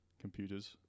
computers